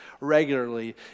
regularly